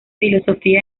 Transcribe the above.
filosofía